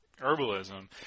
herbalism